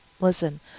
Listen